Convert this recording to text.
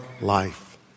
life